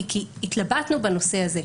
כי התלבטנו בנושא הזה,